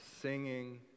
singing